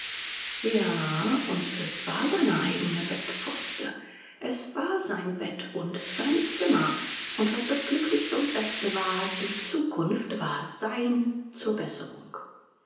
ja und es war seine eigene bettpfoste es war sein bett und sein zimmer und was das glücklichste und beste war die zukunft war sein zur besserung